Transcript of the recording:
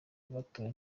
batowe